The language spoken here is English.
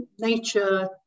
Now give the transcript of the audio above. Nature